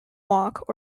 walk